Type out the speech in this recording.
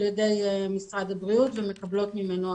ידי משרד הבריאות ומקבלות ממנו הכרה.